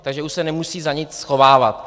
Takže už se nemusí za nic schovávat.